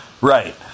Right